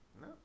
No